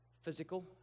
physical